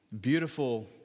Beautiful